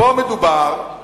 שפה מדובר,